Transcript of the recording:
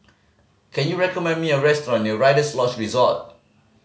can you recommend me a restaurant near Rider's Lodge Resort